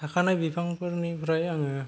थाखानाय बिफांफोरनिफ्राय आङो